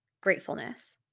gratefulness